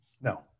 No